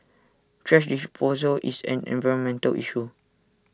thrash disposal is an environmental issue